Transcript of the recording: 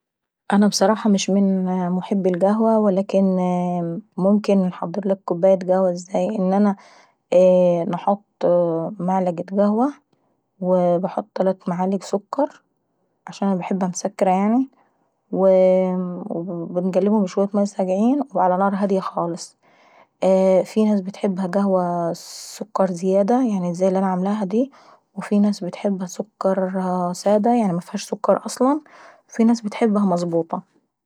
انا بصراحة مش من محبي القهوة، ولكن ممكن نحضرلك كوباية قهوة ازاي؟ ان انا ايه نحط معلقة قهوة ونحط تلات معالق سكر عشان انا باحبها مسكرة يعناي وباقلبهم شوية ماية صاقعين وعلى نار هادية خالص. في ناس بتحبها قهوة سكر زيادة زي اللي انا عملاها داي وفي ناس بتحبها سادة يعني مفيهاش سكر اصلا وفي ناس بتحبها مظبوطة.